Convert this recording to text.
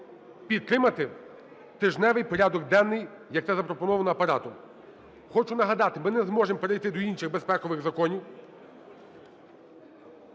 підтримати тижневий порядок денний, як це запропоновано Апаратом. Хочу нагадати, ми не зможемо перейти до іншихбезпекових законів,